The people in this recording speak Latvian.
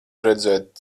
redzēt